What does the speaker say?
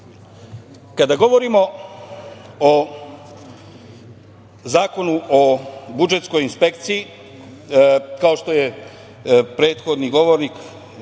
govorimo o Zakonu o budžetskoj inspekciji, kao što je prethodni govornik,